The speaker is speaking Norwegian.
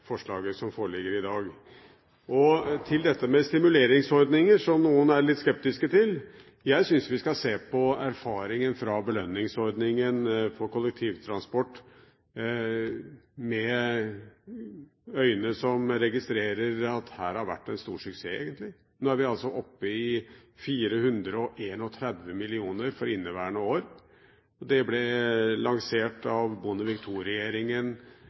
med stimuleringsordninger, som noen er litt skeptiske til: Jeg syns vi skal se på erfaringer fra belønningsordningen på kollektivtransport med øyne som registrerer at det har vært en stor suksess egentlig. Nå er vi altså oppe i 431 mill. kr for inneværende år. Det ble lansert av Bondevik